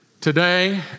Today